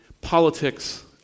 politics